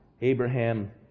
Abraham